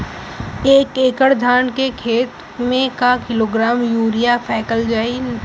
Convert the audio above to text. एक एकड़ धान के खेत में क किलोग्राम यूरिया फैकल जाई?